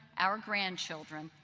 our grandchildren,